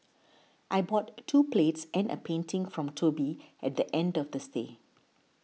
I bought two plates and a painting from Toby at the end of the stay